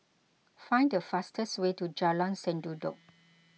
find the fastest way to Jalan Sendudok